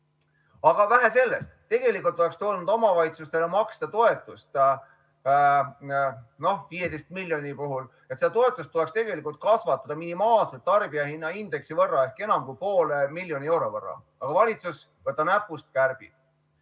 Aga vähe sellest! Tegelikult oleks tulnud omavalitsustele maksta toetust, noh, 15 miljonist [rääkides] tuleks seda toetust tegelikult kasvatada minimaalselt tarbijahinnaindeksi võrra ehk enam kui poole miljoni euro võrra. Aga valitsus, võta näpust, kärbib.